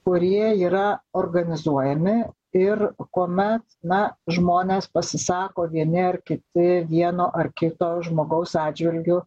kurie yra organizuojami ir kuomet na žmonės pasisako vieni ar kiti vieno ar kito žmogaus atžvilgiu